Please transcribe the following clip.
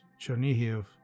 Chernihiv